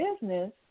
business